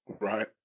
Right